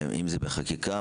אם זה בחקיקה,